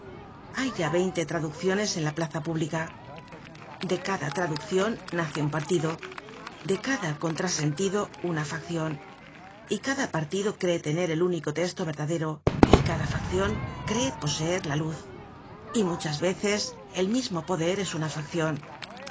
hay ya veinte traducciones en la plaza pública de cada traduccion nace un partido de cada contrasentido una faccion y cada partido cree tener el único testo verdadero y cada faccion cree poseer la luz y muchas veces el mismo poder es una faccion